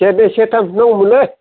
सेरनै सेरथामसो नांगौ मोन लै